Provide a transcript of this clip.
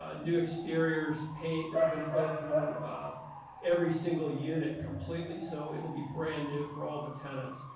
ah new exteriors, paint. they're going to go through every single unit completely. so it'll be brand new for all the tenants.